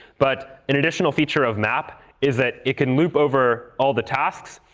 but an additional feature of map is that it can loop over all the tasks.